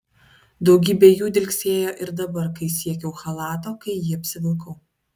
daugybė jų dilgsėjo ir dabar kai siekiau chalato kai jį apsivilkau